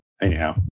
anyhow